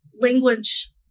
language